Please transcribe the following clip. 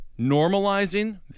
normalizing